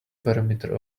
perimeter